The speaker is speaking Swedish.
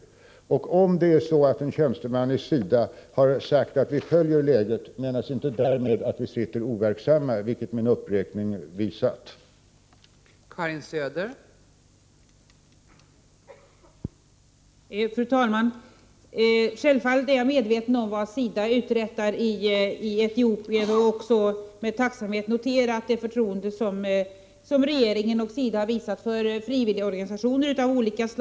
Om det är så att en tjänsteman i SIDA har sagt att vi följer utvecklingen, menas inte därmed att vi sitter overksamma, vilket min uppräkning har visat att vi inte gör.